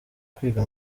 kwiga